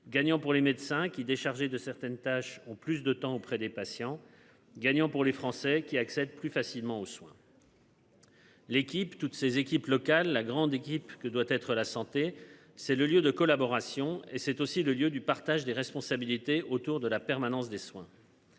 gagnant pour les médecins qui déchargée de certaines tâches ont plus de temps auprès des patients, gagnant pour les Français qui accèdent plus facilement aux soins. L'équipe toutes ses équipes locales, la grande équipe que doit être la santé c'est le lieu de collaboration et c'est aussi le lieu du partage des responsabilités autour de la permanence des soins.